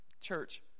Church